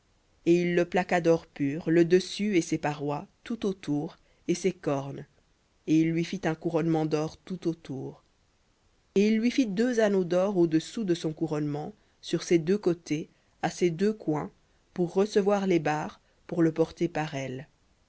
et il le plaqua d'or pur le dessus et ses parois tout autour et ses cornes et il lui fit un couronnement d'or tout autour et il lui fit deux anneaux d'or au-dessous de son couronnement sur ses deux côtés à ses deux coins pour recevoir les barres pour le porter par elles